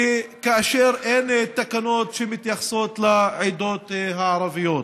ואין תקנות שמתייחסות לעדות הערביות.